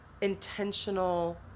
intentional